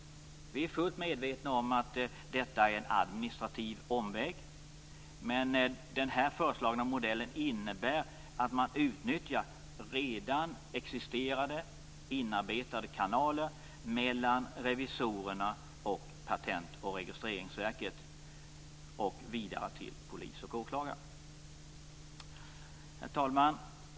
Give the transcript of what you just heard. Vi är fullt medvetna om att detta är en administrativ omväg, men den föreslagna modellen innebär att man utnyttjar redan existerande och inarbetade kanaler mellan revisorerna och Patentoch registreringsverket och vidare till polis och åklagare. Herr talman!